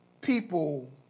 people